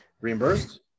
Reimbursed